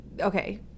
Okay